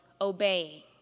obeying